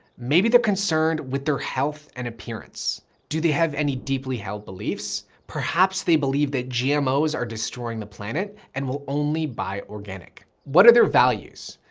maybe they're concerned with their health and appearance. do they have any deeply held beliefs? perhaps they believe that gmos are destroying the planet and will only buy organic. what are their values?